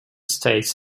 states